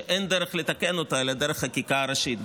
שאין דרך לתקן אותה אלא דרך חקיקה ראשית.